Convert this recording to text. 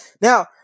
Now